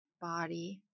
body